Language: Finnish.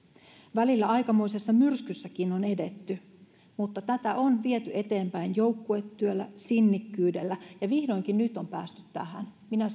välillä aikamoisessa myrskyssäkin on edetty mutta tätä on viety eteenpäin joukkuetyöllä sinnikkyydellä ja vihdoinkin nyt on päästy tähän minä